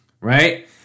right